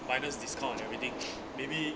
minus discount on everything maybe